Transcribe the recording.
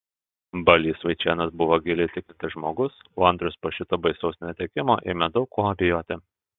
balys vaičėnas buvo giliai tikintis žmogus o andrius po šito baisaus netekimo ėmė daug kuo abejoti